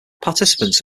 participants